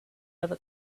other